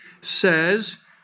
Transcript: says